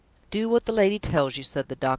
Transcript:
do what the lady tells you, said the doctor.